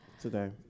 today